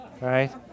Right